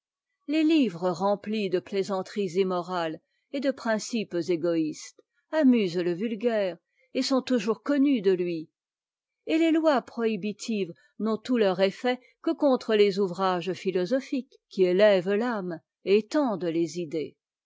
les livres remplis de plaisanteries immorales et de principes égoïstes amusent le vulgaire etsont toujours connus de lui et les lois prohibitives n'ont tout leur effet que contre tes ouvrages philosophiques qui étèventt'ame et étendent les idées